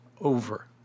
over